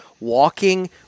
walking